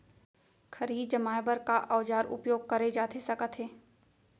खरही जमाए बर का औजार उपयोग करे जाथे सकत हे?